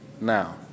now